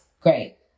Great